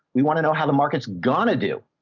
we want to know how the market's gone to do.